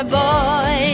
boy